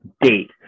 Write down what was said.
date